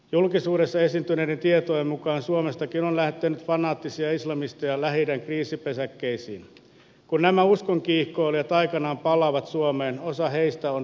julkisuudessa esiintyneiden tietojen mukaan suomestakin on lähtenyt fanaattisia islamisteja lähi idän kriisipesäkkeisiin kun nämä uskonkiihkoilijat aikanaan palaavat suomeen osa heistä on